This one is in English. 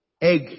Egg